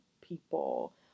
people